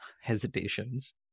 hesitations